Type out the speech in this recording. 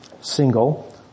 single